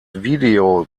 video